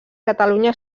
catalunya